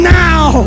now